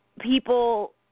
people